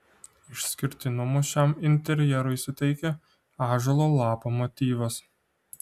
išskirtinumo šiam interjerui suteikia ąžuolo lapo motyvas